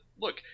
look